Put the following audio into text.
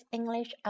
English